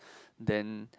then